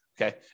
Okay